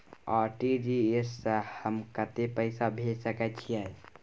RTG S स हम कत्ते पैसा भेज सकै छीयै?